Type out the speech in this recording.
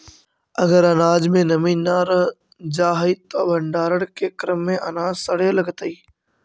अगर अनाज में नमी रह जा हई त भण्डारण के क्रम में अनाज सड़े लगतइ